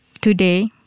Today